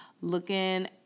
looking